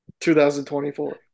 2024